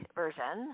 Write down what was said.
version